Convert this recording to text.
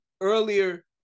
Earlier